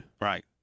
Right